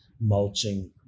mulching